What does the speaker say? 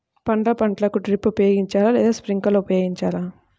పండ్ల పంటలకు డ్రిప్ ఉపయోగించాలా లేదా స్ప్రింక్లర్ ఉపయోగించాలా?